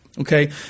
Okay